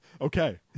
Okay